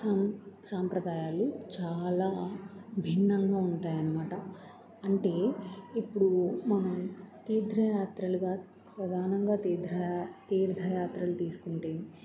సా సాంప్రదాయాలు చాలా భిన్నంగా ఉంటాయనమాట అంటే ఇప్పుడు మనం తీర్థ్రయాత్రలుగా ప్రధానంగా తీర్థ్ర తీర్థయాత్రలు తీసుకుంటే